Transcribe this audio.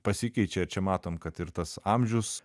pasikeičia čia matom kad ir tas amžius